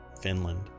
Finland